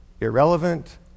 Irrelevant